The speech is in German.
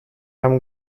haben